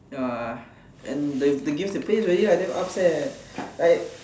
ya and the the games they play is really like damn upz leh like